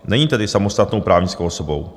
Není tedy samostatnou právnickou osobou.